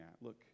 Look